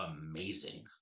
amazing